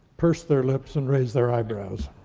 purse their lips and raise their eyebrows.